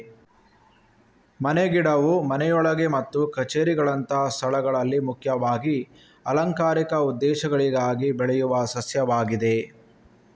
ಮನೆ ಗಿಡವು ಮನೆಯೊಳಗೆ ಮತ್ತು ಕಛೇರಿಗಳಂತಹ ಸ್ಥಳಗಳಲ್ಲಿ ಮುಖ್ಯವಾಗಿ ಅಲಂಕಾರಿಕ ಉದ್ದೇಶಗಳಿಗಾಗಿ ಬೆಳೆಯುವ ಸಸ್ಯವಾಗಿದೆ